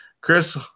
Chris